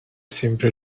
siempre